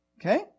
okay